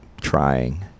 trying